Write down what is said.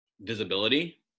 visibility